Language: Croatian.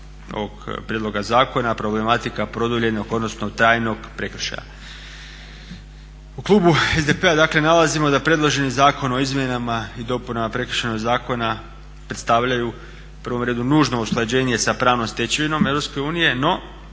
U klubu SDP-a nalazimo da predloženi Zakon o izmjenama i dopuna Prekršajnog zakona predstavljaju u prvom redu nužno usklađenje sa pravnom stečevinom EU, no